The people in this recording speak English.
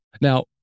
Now